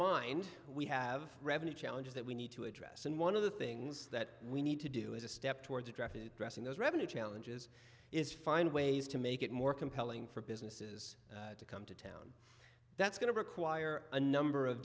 mind we have revenue challenges that we need to address and one of the things that we need to do is a step towards a draft addressing those revenue challenges is find ways to make it more compelling for businesses to come to that's going to require a number of